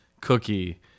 cookie